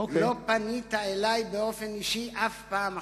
לא פנית אלי באופן אישי אף פעם אחת.